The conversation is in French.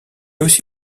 aussi